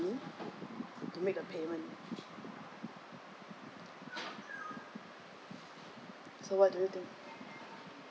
to make the payment so what do you think